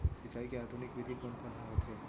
सिंचाई के आधुनिक विधि कोन कोन ह होथे?